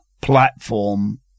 platform